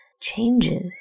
changes